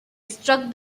struck